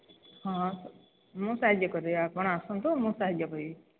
ହଁ ମୁଁ ସାହାଯ୍ୟ କରିବି ଆପଣ ଆସନ୍ତୁ ମୁଁ ସାହାଯ୍ୟ କରିବି